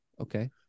Okay